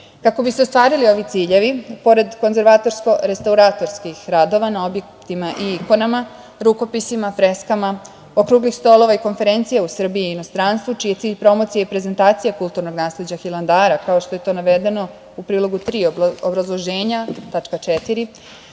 bi se ostvarili ovi ciljevi, pored konzervatorsko-restauratorskih radova na objektima i ikonama, rukopisima, freskama, okruglih stolova i konferencija u Srbiji i inostranstvu čiji je cilj promocija i prezentacija kulturnog nasleđa Hilandara, kao što je to navedeno u prilogu 3. obrazloženja tačka 4,